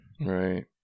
Right